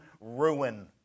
ruin